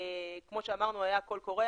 כמו שאמרנו היה קול קורא